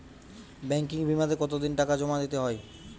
Banking বিমাতে কত দিন টাকা জমা দিতে হয়?